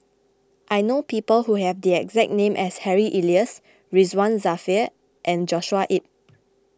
I know people who have the exact name as Harry Elias Ridzwan Dzafir and Joshua Ip